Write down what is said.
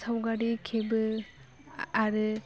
सावगारि खेबो आरो